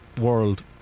world